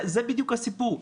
זה בדיוק הסיפור.